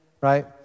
right